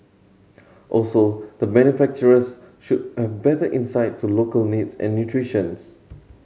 also the manufacturers should have better insight to local needs and nutritions